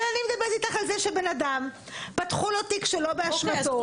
אבל אני מדברת איתך על זה שפתחו לבן אדם תיק שלא באשמתו --- אוקיי,